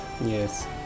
Yes